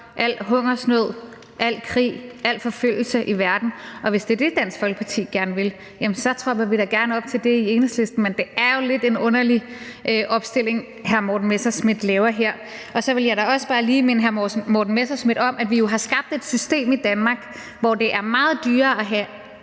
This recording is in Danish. al hungersnød, al krig, al forfølgelse i verden, og hvis det er det, Dansk Folkeparti gerne vil, så tropper vi da gerne op til det i Enhedslisten. Men det er jo lidt en underlig opstilling, hr. Morten Messerschmidt laver her. Så vil jeg da også bare lige minde hr. Morten Messerschmidt om, at vi jo har skabt et system i Danmark, hvor det er meget dyrere at have